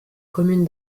commune